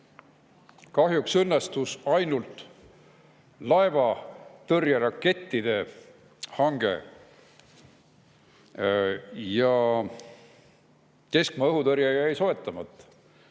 Kahjuks õnnestus ainult laevatõrjerakettide hange. Aga keskmaa õhutõrje jäi soetamata.